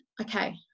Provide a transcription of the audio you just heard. okay